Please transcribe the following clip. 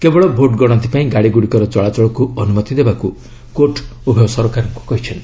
କେବଳ ଭୋଟ ଗଣତି ପାଇଁ ଗାଡ଼ିଗୁଡ଼ିକର ଚଳାଚଳକୁ ଅନୁମତି ଦେବାକୁ କୋର୍ଟ୍ ଉଭୟ ସରକାରଙ୍କୁ କହିଚ୍ଛନ୍ତି